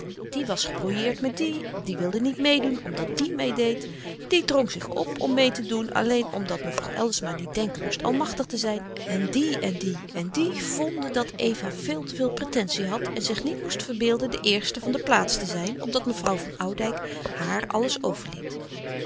die was gebrouilleerd met die die wilde niet meêdoen omdat die meêdeed die drong zich op om meê te doen alleen omdat mevrouw eldersma niet denken moest almachtig te zijn en diè en diè en diè vonden dat eva veel te veel pretentie had en zich niet moest verbeelden de eerste van de plaats te zijn omdat mevrouw van oudijck haar alles